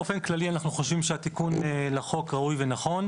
באופן כללי אנחנו חושבים שהתיקון לחוק ראוי ונכון.